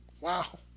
Wow